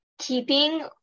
keeping